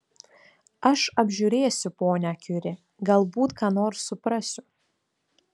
aš apžiūrėsiu ponią kiuri galbūt ką nors suprasiu